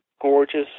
gorgeous